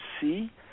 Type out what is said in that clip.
see